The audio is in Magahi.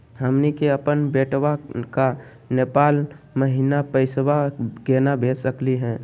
हमनी के अपन बेटवा क नेपाल महिना पैसवा केना भेज सकली हे?